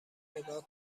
نگاه